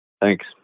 Thanks